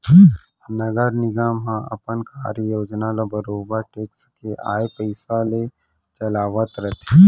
नगर निगम ह अपन कार्य योजना ल बरोबर टेक्स के आय पइसा ले चलावत रथे